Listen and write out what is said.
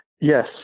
Yes